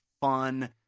fun